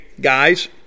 guys